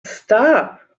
stop